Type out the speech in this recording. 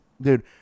dude